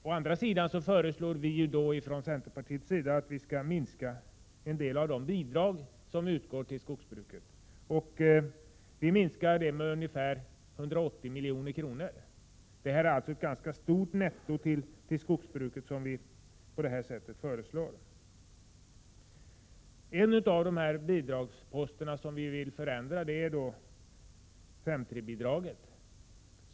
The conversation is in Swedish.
Å andra sidan föreslår vi från centerpartiets sida att man skall minska en del av de bidrag som utgår till skogsbruket. Vi vill minska bidragen med ungefär 180 miljoner. Vi föreslår alltså ett ganska stort nettotillskott till skogsbruket. En av de bidragsposter vi vill förändra är 5:3-bidraget.